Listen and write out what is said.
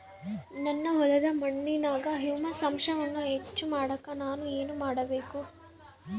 ನನ್ನ ಹೊಲದ ಮಣ್ಣಿನಾಗ ಹ್ಯೂಮಸ್ ಅಂಶವನ್ನ ಹೆಚ್ಚು ಮಾಡಾಕ ನಾನು ಏನು ಮಾಡಬೇಕು?